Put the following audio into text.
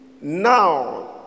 Now